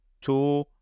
two